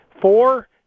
four